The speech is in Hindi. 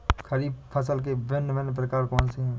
खरीब फसल के भिन भिन प्रकार कौन से हैं?